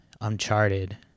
uncharted